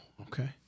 Okay